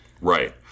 Right